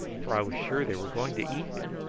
for i was sure they were going to eat me.